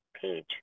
page